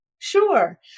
Sure